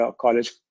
college